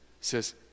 says